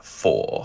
four